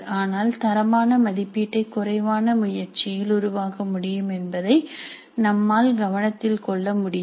ஆனால் தரமான மதிப்பீட்டை குறைவான முயற்சியில் உருவாக்க முடியும் என்பதை நம்மால் கவனத்தில் கொள்ள முடியும்